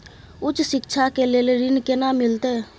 उच्च शिक्षा के लेल ऋण केना मिलते?